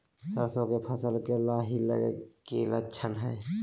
सरसों के फसल में लाही लगे कि लक्षण हय?